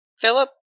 Philip